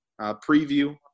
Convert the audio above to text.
preview